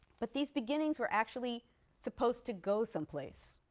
but these beginnings were actually supposed to go someplace.